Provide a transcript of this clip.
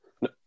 No